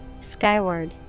Skyward